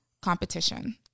competition